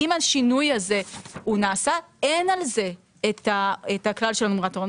אם השינוי הזה נעשה אין על זה את הכלל של הנומרטור.